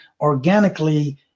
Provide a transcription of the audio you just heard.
organically